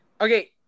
Okay